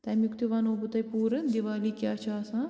تَمیٛک تہِ وَنہو بہٕ تۄہہِ پوٗرٕ دیٖوالی کیٛاہ چھِ آسان